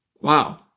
wow